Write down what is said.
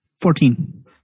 Fourteen